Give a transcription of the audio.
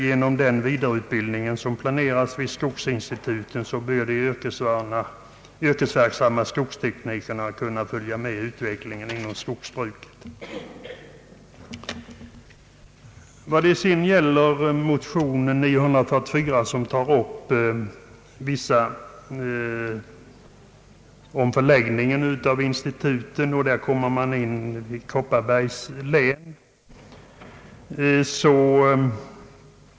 Genom den vidareutbildning som planeras vid skogsinstituten bör också de yrkesverksamma skogsteknikerna kunna följa utvecklingen inom skogsbruket.